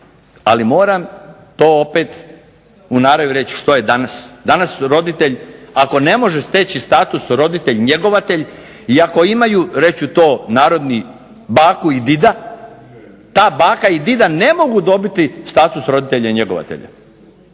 Ali moram to opet ... reći što je danas. Danas roditelj ako ne može steći status roditelj njegovatelj i ako imaju reći ću to narodni baku i dida, ta baka i dida ne mogu dobiti status roditelja njegovatelja.